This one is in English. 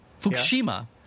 Fukushima